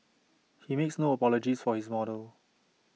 he makes no apologies for his model